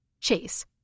Chase